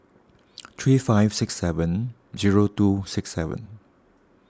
three five six seven zero two six seven